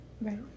Right